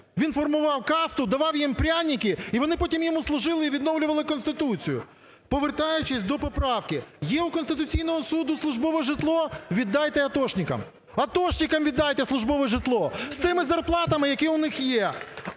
Він формував касту, давав їм пряники, і вони потім йому служили, і відновлювали Конституцію. Повертаючись до поправки. Є у Конституційного Суду службове житло – віддайте атошникам. Атошникам віддайте службове житло з тими зарплатами, які у них є.